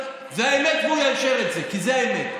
זו האמת, והוא יאשר את זה, כי זו האמת.